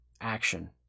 action